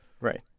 Right